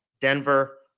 Denver